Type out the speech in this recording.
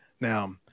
Now